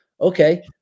okay